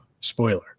Spoiler